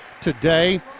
today